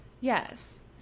yes